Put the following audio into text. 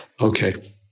Okay